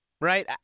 right